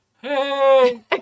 hey